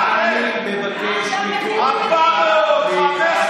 ולמען השמירה על בריאותכם ובריאות